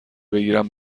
بگیرم